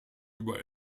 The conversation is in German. über